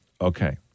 Okay